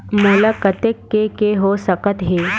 मोला कतेक के के हो सकत हे?